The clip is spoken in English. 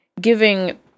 giving